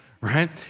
right